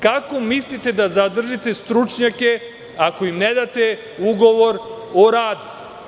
Kako mislite da zadržite stručnjake ako im ne date ugovor o radu?